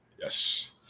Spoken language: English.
Yes